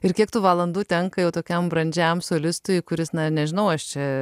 ir kiek tų valandų tenka jau tokiam brandžiam solistui kuris na nežinau aš čia